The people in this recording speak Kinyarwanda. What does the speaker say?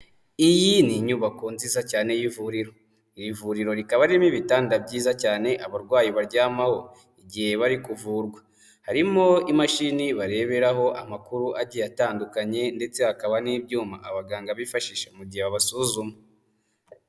Iyi ni inyubako nziza cyane y'ivuriro, iri vuriro rikaba ririmo ibitanda byiza cyane abarwayi baryamaho igihe bari kuvurwa, harimo imashini bareberaho amakuru agiye atandukanye ndetse hakaba n'ibyuma abaganga bifashishije mu gihe babasuzuma.